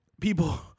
people